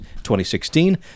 2016